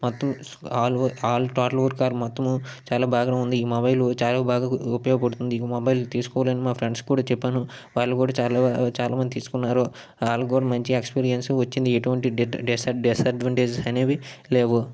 మొత్తం all all total work మొత్తం చాలా బాగానే ఉంది ఈ మొబైల్ చాలా బాగా ఉ ఉపయోగపడుతుంది ఈ మొబైల్ తీసుకోవాలని మా ఫ్రెండ్స్కి కూడా చెప్పాను వాళ్ళు కూడా చాలా చాలామంది తీసుకున్నారు వాళ్ళకు కూడా మంచి ఎక్స్పీరియన్స్ వచ్చింది ఎటువంటి డెడ్ డిస్ డిస్అడ్వాంటేజ్ అనేవి లేవు